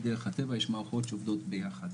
מדרך הטבע יש מערכות שעובדות ביחד.